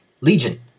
Legion